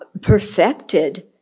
perfected